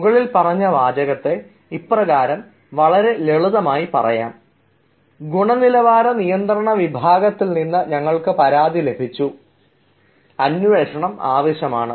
മുകളിൽ പറഞ്ഞ വാചകത്തെ ഇപ്രകാരം ലളിതമായി പറയാം ഗുണനിലവാര നിയന്ത്രണ വിഭാഗത്തിൽ നിന്ന് ഞങ്ങൾക്ക് പരാതികൾ ലഭിച്ചു അന്വേഷണം ആവശ്യമാണ്